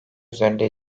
üzerinde